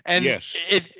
Yes